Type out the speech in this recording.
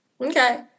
Okay